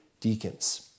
deacons